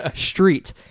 street